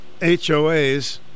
HOAs